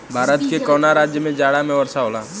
भारत के कवना राज्य में जाड़ा में वर्षा होला?